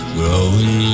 growing